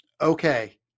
okay